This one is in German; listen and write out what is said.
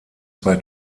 zwei